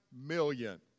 million